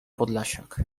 podlasiak